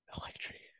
electric